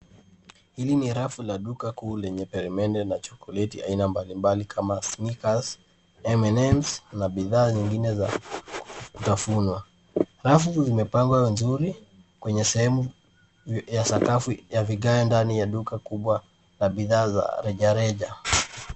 Hili ni rafu la duka kuu lenye peremende na chokolati aina mbali mbali kama, snikers, mns na bidhaa nyingine za kutafunwa. Rafu zimepangwa nzuri kwenye sehemu ya sakafu ya vigae ndani ya duka kubwa la bidhaa za rejareja.